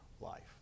life